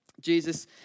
Jesus